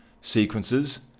sequences